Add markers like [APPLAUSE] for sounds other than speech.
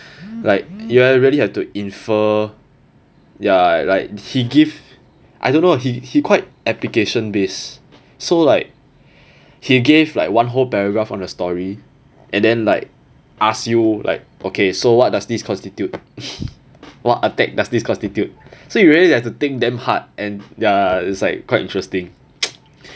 like you are really have to infer ya like he give I don't know what he he quite application base so like he gave like one whole paragraph on the story and then like ask you like okay so what does this constitute what attack does this constitute so you really have to think damn hard and ya it's like quite interesting [NOISE]